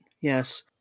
Yes